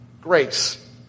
grace